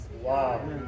Wow